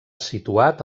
situat